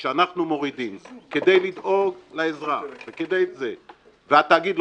כשאנחנו מורידים כדי לדאוג לאזרח והתאגיד לא